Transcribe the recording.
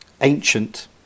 ancient